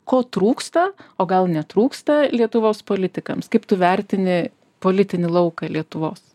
ko trūksta o gal netrūksta lietuvos politikams kaip tu vertini politinį lauką lietuvos